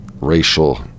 racial